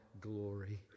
glory